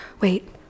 Wait